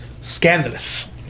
Scandalous